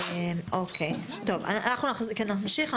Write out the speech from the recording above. נמשיך.